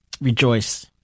rejoice